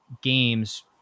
games